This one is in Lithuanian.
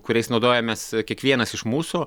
kuriais naudojamės kiekvienas iš mūsų